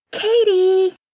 Katie